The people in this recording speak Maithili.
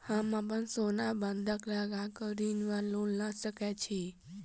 हम अप्पन सोना बंधक लगा कऽ ऋण वा लोन लऽ सकै छी?